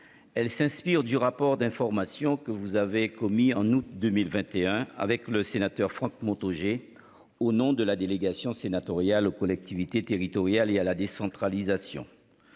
Elle s'inspire du rapport d'information que vous avez commis en août 2021 avec le sénateur Franck Montaugé. Au nom de la délégation sénatoriale aux collectivités territoriales et à la décentralisation.